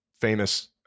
famous